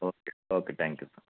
okay okay thank you sir